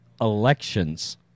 elections